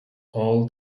all